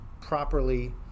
properly